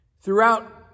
throughout